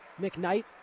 McKnight